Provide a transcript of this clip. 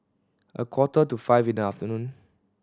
a quarter to five in the afternoon